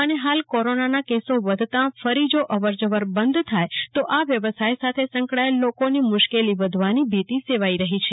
અને હાલ કોરોનાના કેસો વધતાં ફરી જો અવરજવર બંધ થાય તો આ વ્યવસાય સાથે સંકળાયેલા લોકોની મુશ્કેલી વધવાની ભીતિ સેવાઇ રહી છે